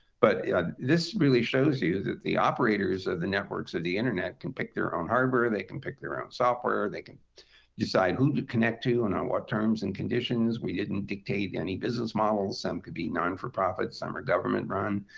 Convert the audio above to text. but this really shows you that the operators of the networks of the internet can pick their own harbor, they can pick their own software, they can decide who to connect to and on what terms and conditions. we didn't dictate any business models. some could be non-for-profit, some are government-run,